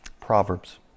Proverbs